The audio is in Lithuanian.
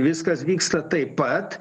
viskas vyksta taip pat